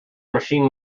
machine